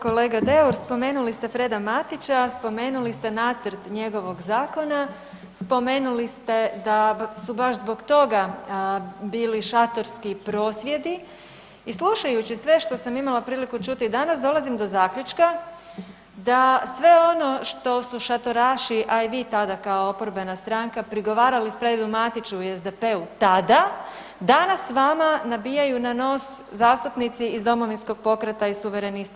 Kolega Deur spomenuli ste Freda Matića, spomenuli ste nacrt njegovog zakona, spomenuli ste da su baš zbog toga bili šatorski prosvjedi i slušajući sve što sam imala priliku čuti danas dolazim do zaključka da sve ono što su šatoraši, a i vi tada kao oporbena stranka prigovarali Fredu Matiću i SDP-u tada, danas vama nabijaju na nos iz Domovinskog pokreta i Suverenisti.